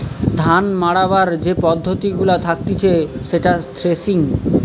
ধান মাড়াবার যে পদ্ধতি গুলা থাকতিছে সেটা থ্রেসিং